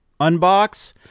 unbox